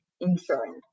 insurance